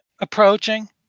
approaching